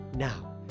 Now